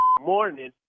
morning